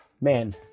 Man